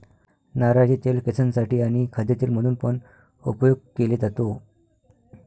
नारळाचे तेल केसांसाठी आणी खाद्य तेल म्हणून पण उपयोग केले जातो